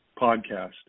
podcast